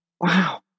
wow